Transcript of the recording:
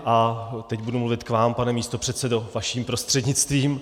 A teď budu mluvit k vám, pane místopředsedo, vaším prostřednictvím.